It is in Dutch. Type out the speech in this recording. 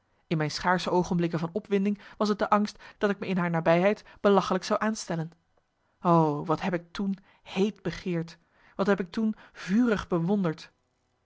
in mijn schaarsche oogenblikken van opwinding was t de angst dat ik me in haar nabijheid belachelijk zou aanstellen o wat heb ik toen heet begeerd wat heb ik toen vurig bewonderd